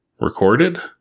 Recorded